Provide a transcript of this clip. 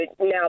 now